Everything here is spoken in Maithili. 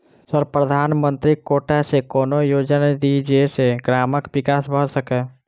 सर प्रधानमंत्री कोटा सऽ कोनो योजना दिय जै सऽ ग्रामक विकास भऽ सकै?